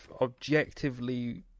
objectively